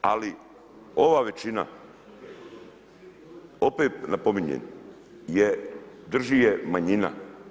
Ali ova većina opet napominjem drži je manjina.